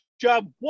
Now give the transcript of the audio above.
job